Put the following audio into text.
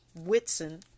Whitson